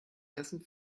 hessen